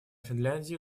финляндии